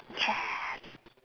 yes